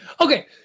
Okay